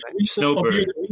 Snowbird